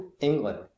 England